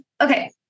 Okay